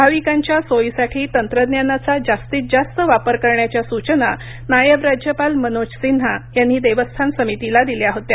भाविकांच्या सोयीसाठी तंत्रज्ञानाचा जास्तीत जास्त वापर करण्याच्या सुचना नायब राज्यपाल मनोज सिन्हा यांनी देवस्थान समितीला दिल्या होत्या